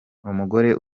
umugore